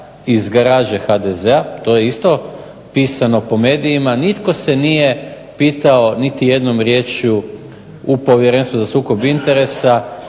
iz garaže HDZ-a to je isto pisano po medijima nitko se nije pitao niti jednom riječju u Povjerenstvu za sukob interesa